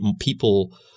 people